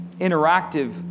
interactive